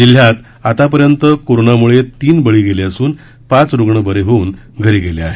जिल्ह्यात आता र्यंत करोनामुळे तीन बळी गेले असून ाच रुग्ण बरे होऊन घरी गेले आहेत